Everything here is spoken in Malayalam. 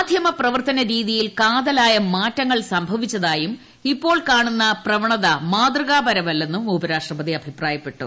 മാധ്യമ പ്രവർത്തനരീതിയിൽ കാതലായ മാറ്റങ്ങൾ സംഭവി ച്ചതായും ഇപ്പോൾ കാണുന്ന പ്രവണത മാതൃകാപരമല്ലെന്നും ഉപരാഷ്ട്രപതി അഭിപ്രായപ്പെട്ടു